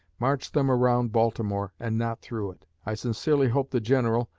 march them around baltimore, and not through it i sincerely hope the general,